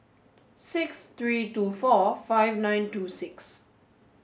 six three two four five nine two six